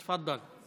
תפדל.